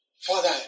Father